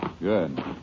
Good